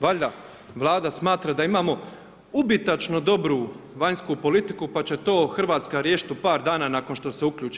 Valjda, vlada smatra da imamo ubitačnu dobru vanjsku politiku, pa će to Hrvatska riješiti u par dana, nakon što se uključi.